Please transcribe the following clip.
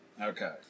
Okay